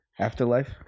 Afterlife